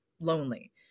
lonely